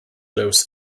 dose